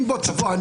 אם בעוד שבוע,